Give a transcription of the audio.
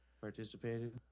participated